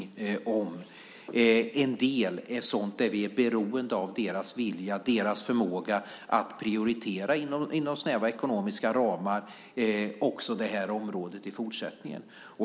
En del av detta är sådant där vi är beroende av deras vilja och deras förmåga att prioritera inom snäva ekonomiska ramar också på detta område i fortsättningen.